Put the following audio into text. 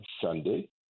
Sunday